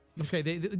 Okay